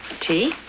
tea?